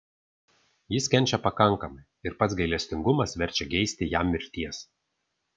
jis kenčia pakankamai ir pats gailestingumas verčia geisti jam mirties